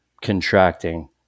contracting